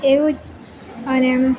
એવું જ અને એમ